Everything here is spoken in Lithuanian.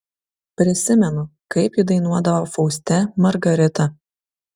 prisimenu kaip ji dainuodavo fauste margaritą